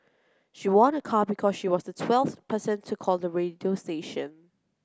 she won a car because she was the twelfth person to call the radio station